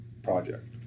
project